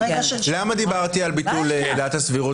למה דיברתי על ביטול עילת הסבירות